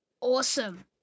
Awesome